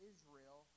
Israel